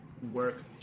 work